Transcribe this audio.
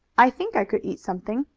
i think i could eat something,